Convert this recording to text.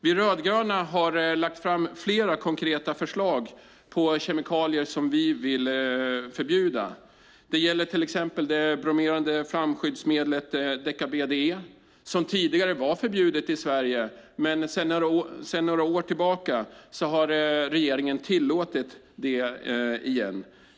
Vi rödgröna har lagt fram flera konkreta förslag om kemikalier som vi vill förbjuda. Det gäller till exempel det bromerade flamskyddsmedlet deka-BDE, som tidigare var förbjudet i Sverige, men sedan några år tillbaka har regeringen tillåtit det igen.